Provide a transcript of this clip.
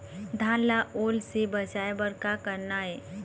धान ला ओल से बचाए बर का करना ये?